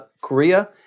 Korea